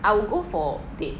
I would go for date